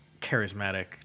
charismatic